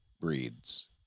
breeds